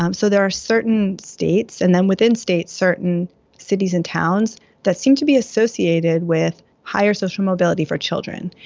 um so there are certain states, and then within states, certain cities and towns that seem to be associated with higher social mobility for children.